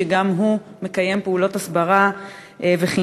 שגם הוא מקיים פעולות הסברה וחינוך,